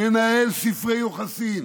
ננהל ספרי יוחסין.